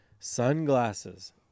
sunglasses